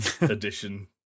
Edition